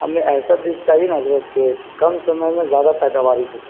ہمیں ایسا بیچ چاہیے نا حضرت کہ کم سمے میں زیادہ پیداواری ہو سکے